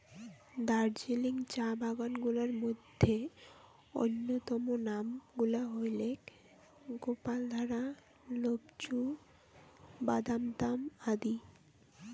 দার্জিলিং চা বাগান গুলার মইধ্যে অইন্যতম নাম গুলা হইলেক গোপালধারা, লোপচু, বাদামতাম আদি